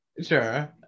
sure